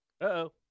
Uh-oh